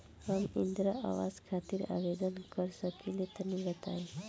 हम इंद्रा आवास खातिर आवेदन कर सकिला तनि बताई?